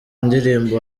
ndirimbo